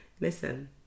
listen